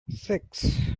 six